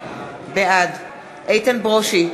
בעד איתן ברושי,